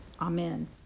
Amen